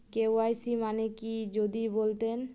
KYC মানে কি যদি বলতেন?